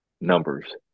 numbers